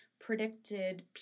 predicted